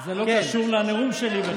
אדוני, זה לא קשור לנאום שלי בכלל.